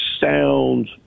sound